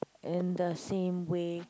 in the same way